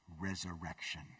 resurrection